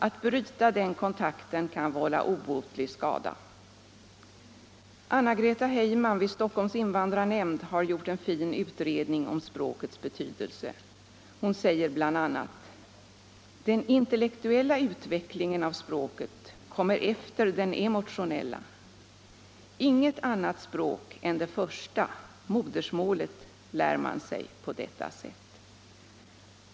Att bryta den kontakten kan vålla 13 obotlig skada. Anna-Greta Heyman vid Stockholms invandrarnämnd har gjort en fin utredning om språkets betydelse. Hon säger bl.a.: Den intellektuella utvecklingen av språket kommer efter den emotionella. — Inget annat språk än det första, modersmålet, lär man sig på detta sätt.